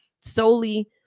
solely